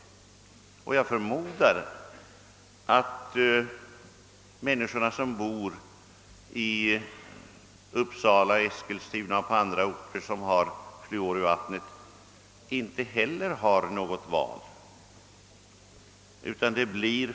Jag förmodar att de människor som bor i Uppsala, Eskilstuna och på andra orter som har fluor i vattnet inte heller har något val.